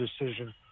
decision